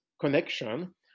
connection